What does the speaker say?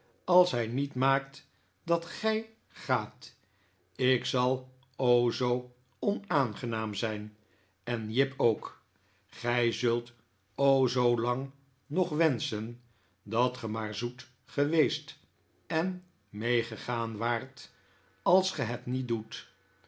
als hij niet maakt dat gij gaat ik zal o zoo onaangenaam zijn en jip ook gij zult o zoo lang nog wenschen dat ge maar zoet geweest en meegegaan waart als ge het niet doet